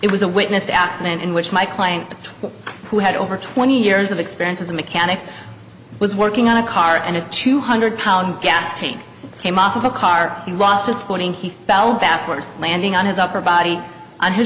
it was a witnessed accident in which my client who had over twenty years of experience as a mechanic was working on a car and a two hundred lb gas tank came off of a car he lost his footing he fell backwards landing on his upper body on his